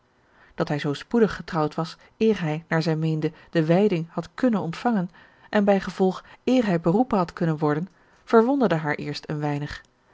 dat hij zoo spoedig getrouwd was eer hij naar zij meende de wijding had kunnen ontvangen en bijgevolg eer hij beroepen had kunnen worden verwonderde haar eerst een weinig